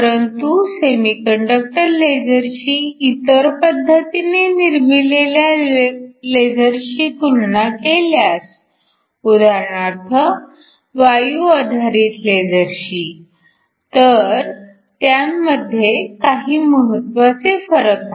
परंतु सेमीकंडक्टर लेझरची इतर पद्धतीने निर्मिलेल्या लेझरशी तुलना केल्यास उदाहरणार्थ वायू आधारित लेझरशी तर त्यांमध्ये काही महत्वाचे फरक आहेत